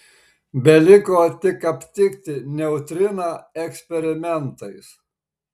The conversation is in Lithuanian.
beliko tik aptikti neutriną eksperimentais